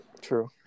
True